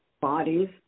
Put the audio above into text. bodies